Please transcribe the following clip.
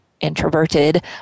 introverted